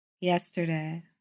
yesterday